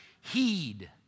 heed